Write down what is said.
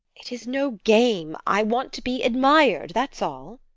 it is no game. i want to be admired that's all!